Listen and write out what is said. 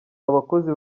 abakozi